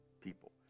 people